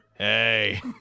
Hey